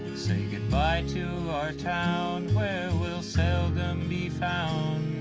say goodbye to our town where we'll seldom be found